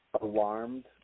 alarmed